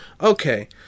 Okay